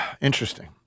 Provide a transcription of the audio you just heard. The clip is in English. Interesting